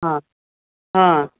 हां हां